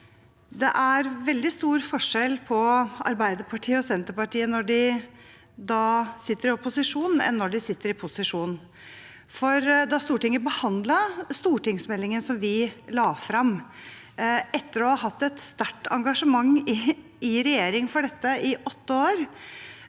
det er veldig stor forskjell på Arbeiderpartiet og Senterpartiet når de sitter i opposisjon, og når de sitter i posisjon. Da Stortinget behandlet stortingsmeldingen som vi la frem, etter å ha hatt et sterkt engasjement for dette i åtte år